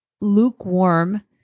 lukewarm